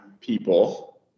people